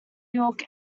york